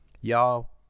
y'all